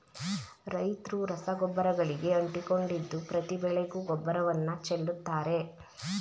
ರೈತ್ರು ರಸಗೊಬ್ಬರಗಳಿಗೆ ಅಂಟಿಕೊಂಡಿದ್ದು ಪ್ರತಿ ಬೆಳೆಗೂ ಗೊಬ್ಬರವನ್ನು ಚೆಲ್ಲುತ್ತಾರೆ